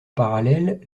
parallèle